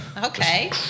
Okay